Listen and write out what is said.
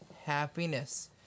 Happiness